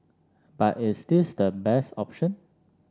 but is this the best option